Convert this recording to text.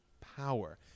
power